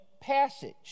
passage